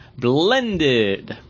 blended